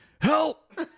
help